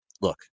look